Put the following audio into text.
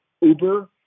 Uber